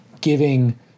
giving